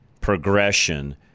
progression